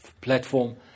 platform